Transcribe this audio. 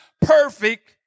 perfect